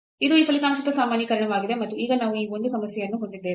ಇದು ಈ ಫಲಿತಾಂಶದ ಸಾಮಾನ್ಯೀಕರಣವಾಗಿದೆ ಮತ್ತು ಈಗ ನಾವು ಈ ಒಂದು ಸಮಸ್ಯೆಯನ್ನು ಹೊಂದಿದ್ದೇವೆ